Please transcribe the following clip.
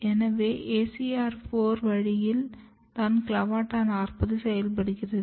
எனவே ACR 4 வழியில் தான் CLAVATA 40 செயல்படுகிறது